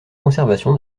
conservation